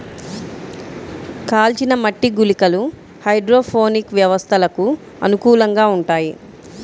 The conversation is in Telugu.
కాల్చిన మట్టి గుళికలు హైడ్రోపోనిక్ వ్యవస్థలకు అనుకూలంగా ఉంటాయి